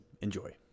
Enjoy